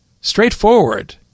straightforward